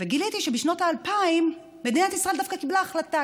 וגיליתי שבשנות האלפיים מדינת ישראל דווקא קיבלה החלטה.